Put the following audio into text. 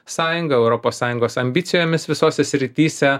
sąjunga europos sąjungos ambicijomis visose srityse